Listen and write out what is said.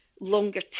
longer